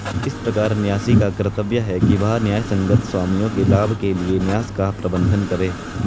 इस प्रकार न्यासी का कर्तव्य है कि वह न्यायसंगत स्वामियों के लाभ के लिए न्यास का प्रबंधन करे